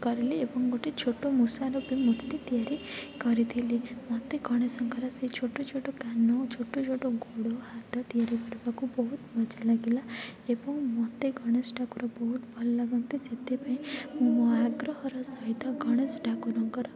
କରିଲି ଏବଂ ଗୋଟେ ଛୋଟ ମୂଷାର ଗୋଟେ ମୂର୍ତ୍ତି ତିଆରି କରିଥିଲି ମୋତେ ଗଣେଶଙ୍କର ସେ ଛୋଟ ଛୋଟ କାନ ଛୋଟ ଛୋଟ ଗୋଡ଼ ହାତ ତିଆରି କରିବାକୁ ବହୁତ ମଜା ଲାଗିଲା ଏବଂ ମୋତେ ଗଣେଶ ଠାକୁର ବହୁତ ଭଲ ଲାଗନ୍ତି ସେଥିପାଇଁ ମୁଁ ମୋ ଆଗ୍ରହର ସହିତ ଗଣେଶ ଠାକୁରଙ୍କର